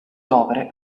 opere